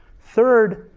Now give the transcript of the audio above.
third,